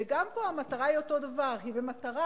וגם פה המטרה היא אותו הדבר, היא המטרה